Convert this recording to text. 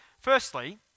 firstly